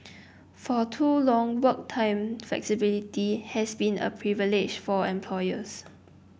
for too long work time flexibility has been a privilege for employers